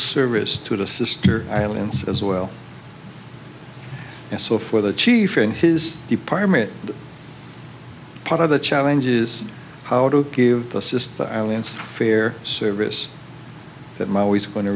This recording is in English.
service to the sister islands as well and so for the chief in his department part of the challenge is how to give the system islands fair service that my always go